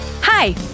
Hi